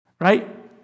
right